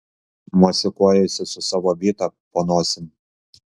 mosikuojasi su savo byta po nosim